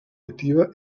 activa